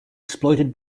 exploited